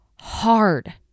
hard